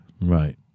Right